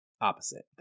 opposite